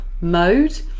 mode